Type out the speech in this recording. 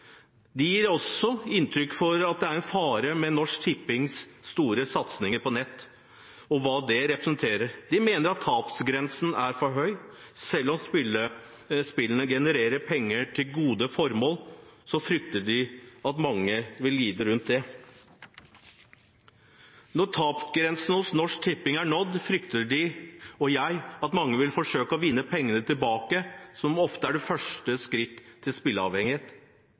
De gir også uttrykk for den fare de mener Norsk Tippings store nettsatsing representerer. De mener at tapsgrensen er satt for høyt. Selv om spillene genererer penger til gode formål, frykter de at mange vil lide. Når tapsgrensen hos Norsk Tipping er nådd, frykter de – og jeg – at mange vil forsøke å vinne pengene tilbake, noe som ofte er det første skritt til spilleavhengighet,